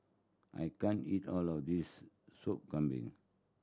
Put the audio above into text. I can't eat all of this Sop Kambing